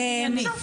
מה זה "הענייני"?